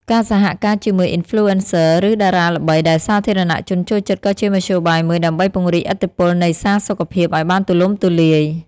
ការសហការជាមួយ Influencer ឬតារាល្បីដែលសាធារណជនចូលចិត្តក៏ជាមធ្យោបាយមួយដើម្បីពង្រីកឥទ្ធិពលនៃសារសុខភាពឲ្យបានទូលំទូលាយ។